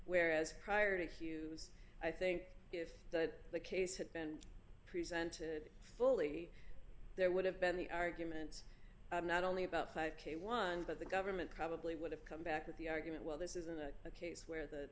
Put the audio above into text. whereas prior to excuse i think if the case had been presented fully there would have been the arguments not only about five k ones but the government probably would have come back with the argument well this isn't a case where the